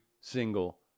single